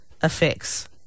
affects